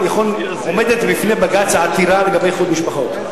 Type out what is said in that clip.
עומדת בפני בג"ץ העתירה לגבי איחוד משפחות.